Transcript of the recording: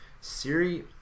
siri